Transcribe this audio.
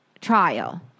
trial